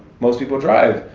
most people drive.